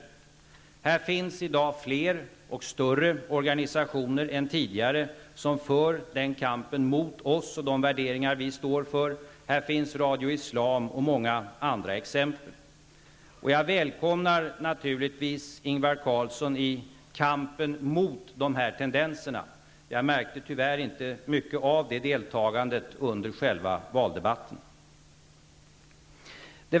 I dag finns det fler och större organisationer än tidigare som för den kampen mot oss och mot de värderingar som vi står för. Radio Islam är ett av många exempel. Jag välkomnar naturligtvis Ingvar Carlsson i kampen mot de här tendenserna. Jag märkte, tyvärr, inte mycket av det deltagandet under själva valdebatten.